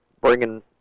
bringing